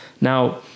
Now